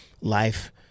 life